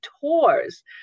tours